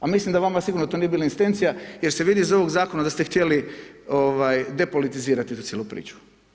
A mislim da vama sigurno to nije bila intencija, jer se vidi iz ovog zakona da ste htjeli ovaj depolitizirati tu cijelu priču.